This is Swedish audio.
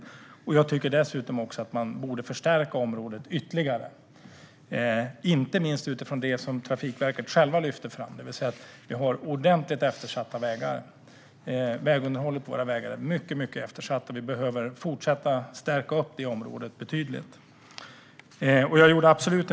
Dessutom tycker jag att man borde förstärka området ytterligare, inte minst utifrån det som Trafikverket självt lyfter fram, det vill säga att vägarna är ordentligt eftersatta. Vägunderhållet är mycket eftersatt, och vi behöver stärka upp det området betydligt. Fru ålderspresident!